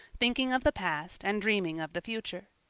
thinking of the past and dreaming of the future.